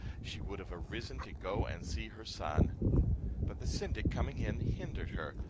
she would have arisen to go and see her son but the syndic coming in, hindered her,